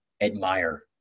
admire